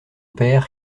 père